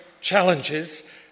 challenges